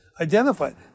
identified